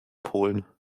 polen